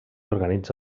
organitza